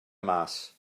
mas